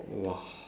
!wah!